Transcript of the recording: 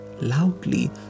loudly